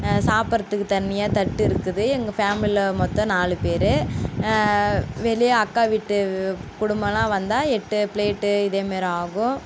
சாப்புடுறதுக்கு தனியா தட்டு இருக்குது எங்கள் ஃபேம்லியில் மொத்தம் நாலு பேரு வெளியே அக்கா வீட்டு குடும்பம்லாம் வந்தால் எட்டு பிளேட்டு இதே மாரி ஆகும்